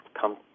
come